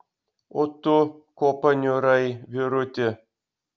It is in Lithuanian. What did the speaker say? o tu ko paniurai vyruti